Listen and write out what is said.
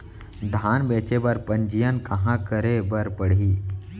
धान बेचे बर पंजीयन कहाँ करे बर पड़ही?